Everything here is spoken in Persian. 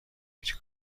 هیچ